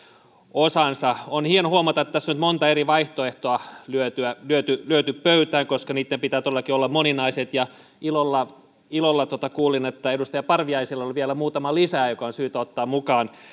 osansa on hienoa huomata että tässä on nyt monta eri vaihtoehtoa lyöty lyöty pöytään koska niitten pitää todellakin olla moninaiset ja ilolla ilolla kuulin että edustaja parviaisella on vielä muutama lisää jotka on syytä ottaa mukaan